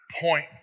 point